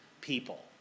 people